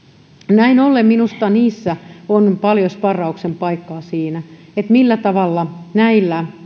näin ollen minusta on paljon sparrauksen paikkaa siinä millä tavalla näillä